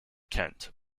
kent